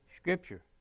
Scripture